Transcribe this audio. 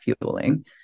fueling